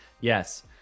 Yes